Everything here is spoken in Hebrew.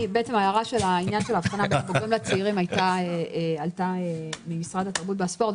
ההערה של ההבחנה בין הצעירים לבוגרים עלתה ממשרד התרבות והספורט.